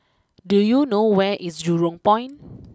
do you know where is Jurong Point